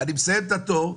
אני מסיים את התור,